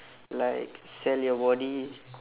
like sell your body